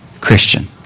Christian